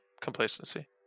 complacency